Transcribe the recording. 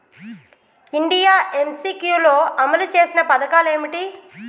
India MCQ లో అమలు చేసిన పథకాలు ఏమిటి?